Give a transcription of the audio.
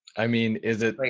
i mean, is it like,